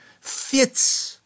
fits